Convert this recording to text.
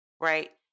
right